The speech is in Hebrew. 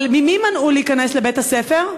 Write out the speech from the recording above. אבל ממי מנעו להיכנס לבית-הספר?